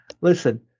Listen